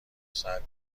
ساعت